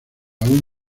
aún